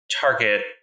target